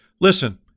Listen